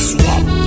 Swap